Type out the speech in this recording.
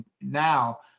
now